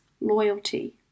loyalty